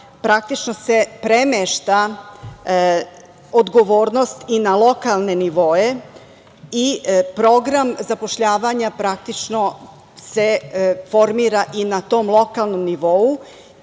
praktično se premešta odgovornost i na lokalne nivoe i program zapošljavanja praktično se formira i na tom lokalnom nivou,